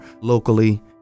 locally